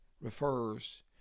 refers